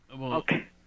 Okay